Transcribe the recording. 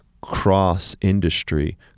cross-industry